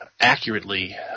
accurately